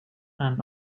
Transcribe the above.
and